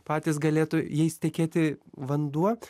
patys galėtų jais tekėti vanduo